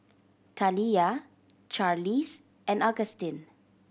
Taliyah Charlize and Agustin